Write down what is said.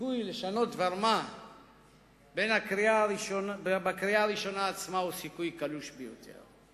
הסיכוי לשנות דבר מה בקריאה הראשונה עצמה הוא סיכוי קלוש ביותר.